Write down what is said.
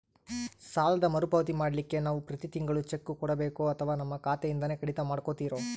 ಸಾಲದ ಮರುಪಾವತಿ ಮಾಡ್ಲಿಕ್ಕೆ ನಾವು ಪ್ರತಿ ತಿಂಗಳು ಚೆಕ್ಕು ಕೊಡಬೇಕೋ ಅಥವಾ ನಮ್ಮ ಖಾತೆಯಿಂದನೆ ಕಡಿತ ಮಾಡ್ಕೊತಿರೋ?